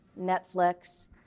Netflix